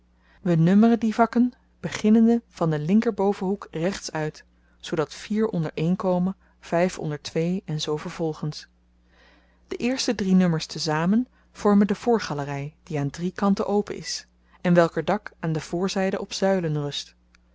we nummeren die vakken beginnende van den linker bovenhoek rechts uit zoodat vier onder één kome vyf onder twee en zoo vervolgens de eerste drie nummers tezamen vormen de voorgalery die aan drie kanten open is en welker dak aan de vrzyde op zuilen rust